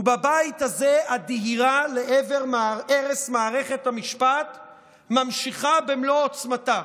בבית הזה הדהירה לעבר הרס מערכת המשפט ממשיכה במלוא עוצמתה.